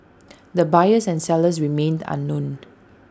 the buyers and sellers remain unknown